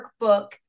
workbook